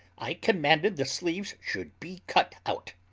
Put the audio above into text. i commanded the sleeves should be cut out,